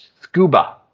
SCUBA